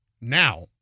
now